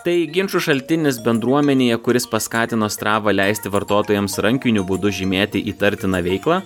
tai ginčų šaltinis bendruomenėje kuris paskatino strava leisti vartotojams rankiniu būdu žymėti įtartiną veiklą